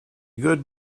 good